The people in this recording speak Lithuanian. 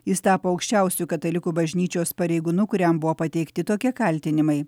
jis tapo aukščiausiu katalikų bažnyčios pareigūnu kuriam buvo pateikti tokie kaltinimai